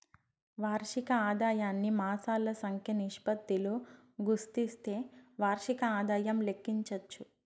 వార్షిక ఆదాయాన్ని మాసాల సంఖ్య నిష్పత్తితో గుస్తిస్తే వార్షిక ఆదాయం లెక్కించచ్చు